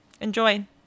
Enjoy